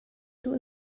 duh